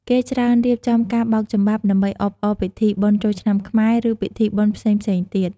គេច្រើនរៀបចំការបោកចំបាប់ដើម្បីអបអរពិធីបុណ្យចូលឆ្នាំខ្មែរ ឬពិធីបុណ្យផ្សេងៗទៀត។